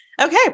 Okay